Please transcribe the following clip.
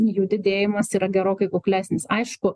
jų didėjimas yra gerokai kuklesnis aišku